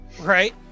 Right